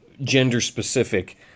gender-specific